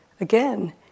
again